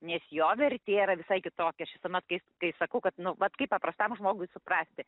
nes jo vertė yra visai kitokia aš visuomet kai kai sakau kad nu vat kaip paprastam žmogui suprasti